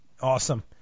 Awesome